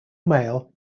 male